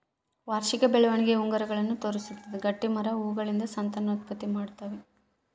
ವಾರ್ಷಿಕ ಬೆಳವಣಿಗೆಯ ಉಂಗುರಗಳನ್ನು ತೋರಿಸುತ್ತದೆ ಗಟ್ಟಿಮರ ಹೂಗಳಿಂದ ಸಂತಾನೋತ್ಪತ್ತಿ ಮಾಡ್ತಾವ